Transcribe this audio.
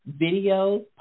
videos